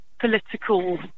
political